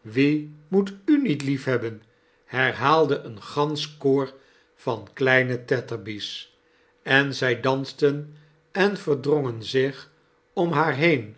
wie moet u niet liefhebbee her haalde een gansch koor van kleirae tetterby's en zij dansten en verdrongen zich om haar heen